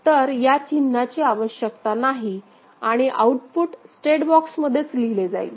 तर या चिन्हाची आवश्यकता नाही आणि आउटपुट स्टेट बॉक्समध्येच लिहिले जाईल